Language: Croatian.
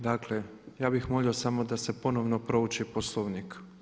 Dakle, ja bih molio samo da se ponovno prouči Poslovnik.